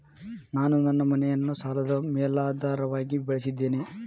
ನಾನು ನನ್ನ ಮನೆಯನ್ನು ಸಾಲದ ಮೇಲಾಧಾರವಾಗಿ ಬಳಸಿದ್ದೇನೆ